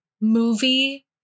movie